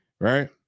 right